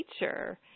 nature